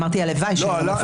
אמרתי הלוואי שנפקח.